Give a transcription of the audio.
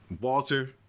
walter